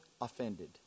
offended